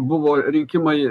buvo rinkimai